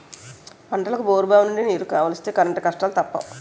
పంటలకు బోరుబావులనుండి నీరు కావలిస్తే కరెంటు కష్టాలూ తప్పవు